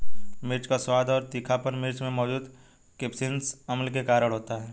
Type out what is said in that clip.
मिर्च का स्वाद और तीखापन मिर्च में मौजूद कप्सिसिन अम्ल के कारण होता है